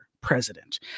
president